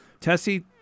Tessie